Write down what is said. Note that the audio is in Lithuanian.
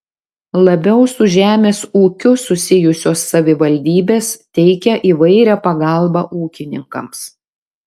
labiau su žemės ūkiu susijusios savivaldybės teikia įvairią pagalbą ūkininkams